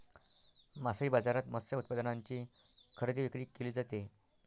मासळी बाजारात मत्स्य उत्पादनांची खरेदी विक्री केली जाते